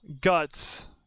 guts